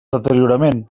deteriorament